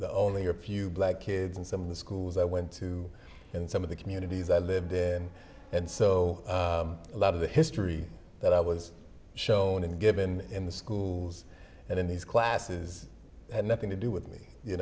only or few black kids in some of the schools i went to and some of the communities i lived in and so a lot of the history that i was shown and given in the schools and in these classes had nothing to do with me you